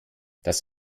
das